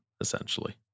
essentially